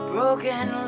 Broken